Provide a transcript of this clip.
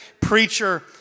preacher